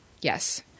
Yes